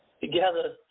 together